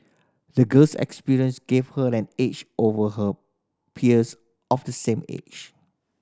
the girl's experience gave her an edge over her peers of the same age